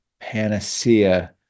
panacea